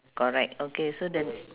correct okay so the